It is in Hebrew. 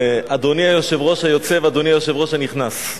אדוני היושב-ראש היוצא ואדוני היושב-ראש הנכנס,